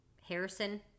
Harrison